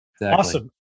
awesome